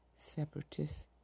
separatists